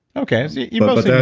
okay, so you mostly